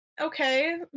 Okay